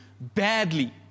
badly